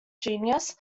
genus